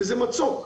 וזה מצוק.